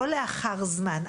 לא לאחר זמן.